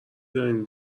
دارین